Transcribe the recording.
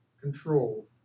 control